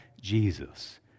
Jesus